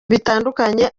bitandukanye